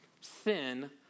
Sin